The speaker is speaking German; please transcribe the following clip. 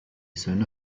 söhne